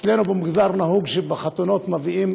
אצלנו במגזר נהוג שבחתונות מביאים